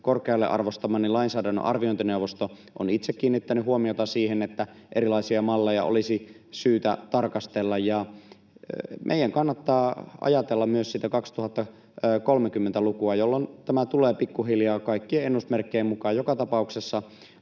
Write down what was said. Korkealle arvostamani lainsäädännön arviointineuvosto on itse kiinnittänyt huomiota siihen, että erilaisia malleja olisi syytä tarkastella. Meidän kannattaa ajatella myös sitä 2030-lukua, jolloin tämä tulee pikkuhiljaa kaikkien ennusmerkkien mukaan joka tapauksessa